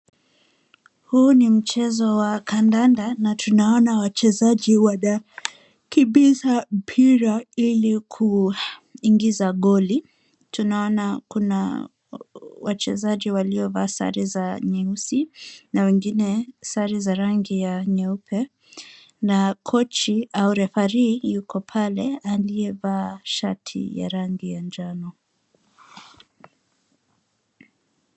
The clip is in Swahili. Huu ni mchezo wa kandanda, na tunaona wachezaji wanakimbiza mpira ili kuingiza goli. Tunaona kuna wachezaji waliovaa sare za nyeusi, na wengine sare za rangi ya nyeupe. Na kochi au referee yuko pale aliyevaa shati ya rangi ya jano.